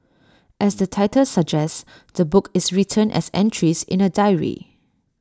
as the title suggests the book is written as entries in A diary